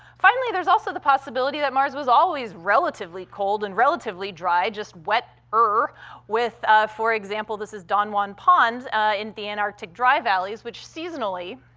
finally, there's also the possibility that mars was always relatively cold and relatively dry, just wetter, with for example, this is don juan pond in the antarctic dry valleys, which, seasonally,